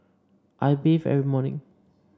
I bathe every morning